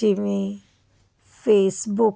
ਕਿਵੇਂ ਫੇਸਬੁਕ